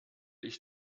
ich